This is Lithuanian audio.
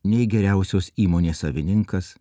nei geriausios įmonės savininkas